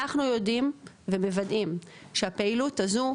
אנחנו יודעים ומוודאים שהפעילות הזו,